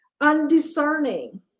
undiscerning